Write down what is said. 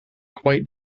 quite